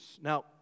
Now